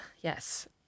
Yes